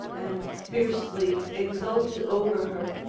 and fiercely exulted over her,